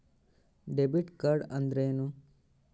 Debit card ಅಂದ್ರೇನು?